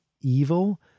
evil